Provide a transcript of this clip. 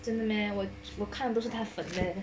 真的 meh 我看的都是不是太好